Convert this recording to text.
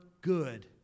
good